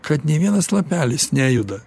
kad nė vienas lapelis nejuda